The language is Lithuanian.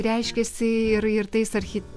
reiškėsi ir ir tais archi